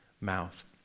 mouth